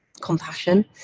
compassion